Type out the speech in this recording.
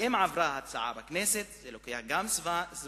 ואם עברה ההצעה בכנסת, זה גם לוקח זמן,